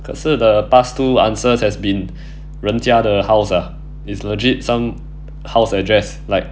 可是 the past two answers has been 人家的 house ah it's legit some house address like